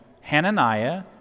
Hananiah